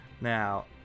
Now